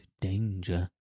danger